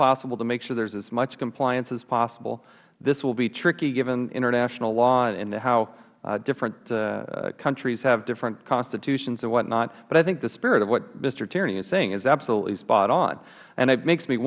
possible to make sure there is as much compliance as possible this will be tricky given international law and how different countries have different constitutions and whatnot but i think the spirit of what mister tierney is saying is absolutely spot on it makes me